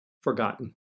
forgotten